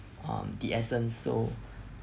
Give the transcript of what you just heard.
um the essence so